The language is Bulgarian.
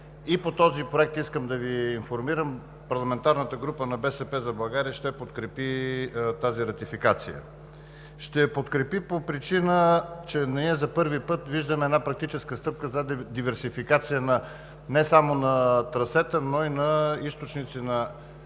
и по този проект искам да Ви информирам: парламентарната група на „БСП за България“ ще подкрепи тази ратификация. Ще я подкрепи по причина, че в нея за първи път виждаме една практическа стъпка за диверсификация не само на трасета, но и на източници на природен